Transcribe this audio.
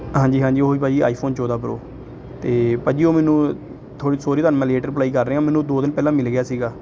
ਹਾਂਜੀ ਹਾਂਜੀ ਉਹੀ ਭਾਅ ਜੀ ਆਈਫੋਨ ਚੋਦ੍ਹਾਂ ਪਰੋ ਅਤੇ ਭਾਅ ਜੀ ਉਹ ਮੈਨੂੰ ਥੋ ਸੋਰੀ ਤੁਹਾਨੂੰ ਮੈਂ ਲੇਟ ਰਿਪਲਾਈ ਕਰ ਰਿਹਾ ਮੈਨੂੰ ਦੋ ਦਿਨ ਪਹਿਲਾਂ ਮਿਲ ਗਿਆ ਸੀਗਾ